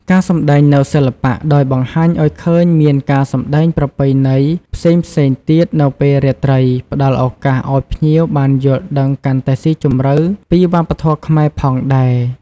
ការសម្តែងនូវសិល្បៈ ដោយបង្ហាញឲ្យឃើញមានការសម្តែងប្រពៃណីផ្សេងៗទៀតនៅពេលរាត្រី ផ្ដល់ឱកាសឱ្យភ្ញៀវបានយល់ដឹងកាន់តែស៊ីជម្រៅពីវប្បធម៌ខ្មែរផងដែរ។